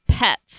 pets